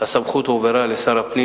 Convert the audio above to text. הסמכות הועברה לשר הפנים,